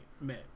met